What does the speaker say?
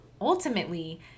ultimately